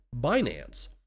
Binance